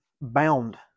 bound